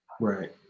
right